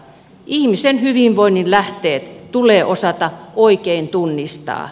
ihmisen hyvinvoinnin lähteet tulee osata oikein tunnistaa